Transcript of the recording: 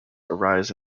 arise